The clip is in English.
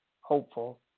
hopeful